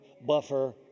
buffer